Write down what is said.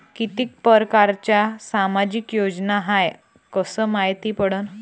कितीक परकारच्या सामाजिक योजना हाय कस मायती पडन?